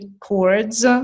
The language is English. chords